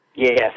Yes